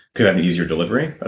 could have an easier delivery? ah